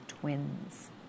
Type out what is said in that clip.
twins